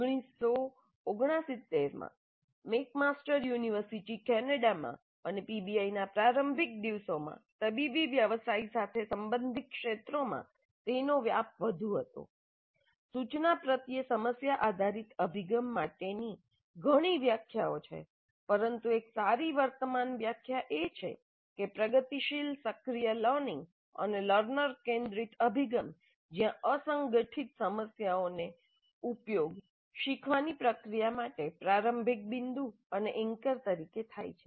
1969 માં McMaster university કેનેડામાં અને પીબીઆઈનાં પ્રારંભિક દિવસોમાં તબીબી વ્યવસાય સાથે સંબંધિત ક્ષેત્રોમાં તેનો વ્યાપ વધુ હતો સૂચના પ્રત્યે સમસ્યા આધારિત અભિગમ માટેની ઘણી વ્યાખ્યાઓ છે પરંતુ એક સારી વર્તમાન વ્યાખ્યા એ છે કે પ્રગતિશીલ સક્રિય લર્નિંગ અને લર્નર કેન્દ્રીત અભિગમ જ્યાં અસંગઠિત સમસ્યાઓનો ઉપયોગ શીખવાની પ્રક્રિયા માટે પ્રારંભિક બિંદુ અને એન્કર તરીકે થાય છે